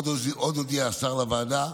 עוד הודיע השר לוועדה,